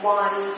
one